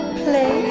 play